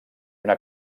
una